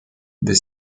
the